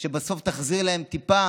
שבסוף תחזיר להם טיפה